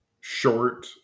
Short